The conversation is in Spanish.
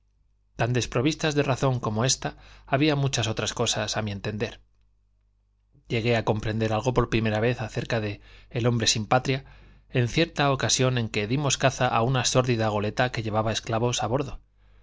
tan desprovistas de razón como ésta había muchas otras cosas a mi entender llegué a comprender algo por primera vez acerca del hombre sin patria en cierta ocasión en que dimos caza a una sórdida goleta que llevaba esclavos a bordo